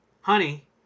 honey